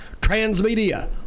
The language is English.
Transmedia